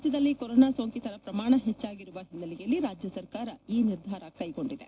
ರಾಜ್ಬದಲ್ಲಿ corona ಸೋಂಕಿತರ ಪ್ರಮಾಣ ಪೆಜ್ವಾಗಿರುವ ಹಿನ್ನೆಲೆಯಲ್ಲಿ ರಾಜ್ಬ ಸರ್ಕಾರ ಈ ನಿರ್ಧಾರವನ್ನು ಕ್ಲೆಗೊಂಡಿದೆ